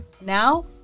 Now